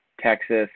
Texas